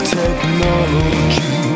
technology